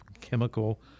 chemical